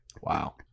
Wow